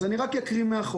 אז אני רק אקריא מהחוק: